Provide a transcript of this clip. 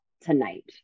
tonight